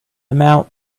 amount